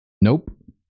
Nope